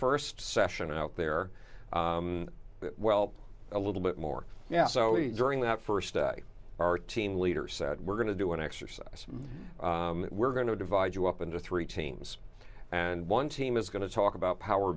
the st session out there well a little bit more yeah so during that st day our team leader said we're and to do an exercise we're going to divide you up into three teams and one team is going to talk about power